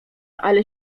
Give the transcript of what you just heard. ale